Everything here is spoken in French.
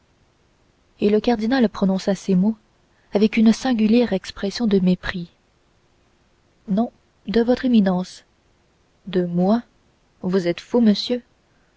et le cardinal prononça ces mots avec une singulière expression de mépris non de votre éminence de moi vous êtes fou monsieur